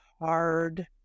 hard